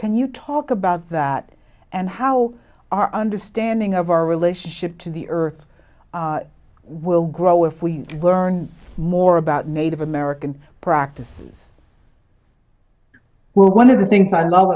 can you talk about that and how our understanding of our relationship to the earth will grow if we learn more about native american practices well one of the things i